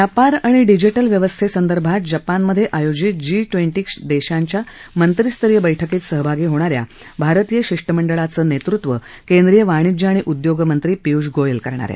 व्यापार आणि डिजिटल व्यवस्थेसंदर्भात जपानमध्ये आयोजित जी ट्वेन्टी देशांच्या मंत्रीस्तरीय बैठकीत सहभागी होणाऱ्या भारतीय शिष्टमंडळाचं नेतृत्व केंद्रीय वाणिज्य आणि उद्योग मंत्री पियुष गोयल करणार आहेत